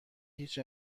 هیچ